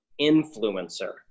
influencer